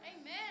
amen